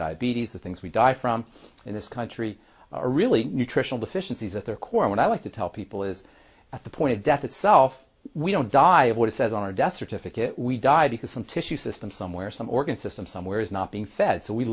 diabetes the things we die from in this country are really nutritional deficiencies at their core what i like to tell people is at the point of death itself we don't die of what it says on our death certificate we die because some tissue system somewhere some organ system somewhere is not being fed so we